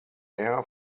air